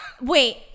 wait